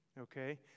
okay